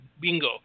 Bingo